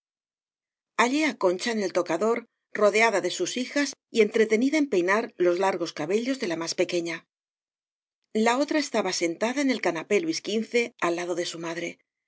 concha en el tocador rodeada de sus hijas y entretenida en peinar los largos cabellos de la mas pequeña la otra estaba sentada en el cuapé luis xv al lado de su madre